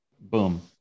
Boom